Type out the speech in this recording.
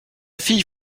fille